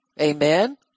Amen